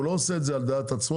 הוא לא עושה את זה על דעת עצמו,